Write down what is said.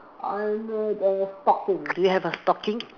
I need a stocking do you have a stocking